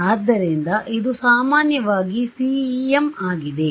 ಆದ್ದರಿಂದ ಇದು ಸಾಮಾನ್ಯವಾಗಿ CEM ಆಗಿದೆ